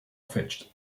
fetched